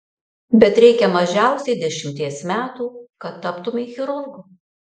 bet reikia mažiausiai dešimties metų kad taptumei chirurgu